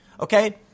Okay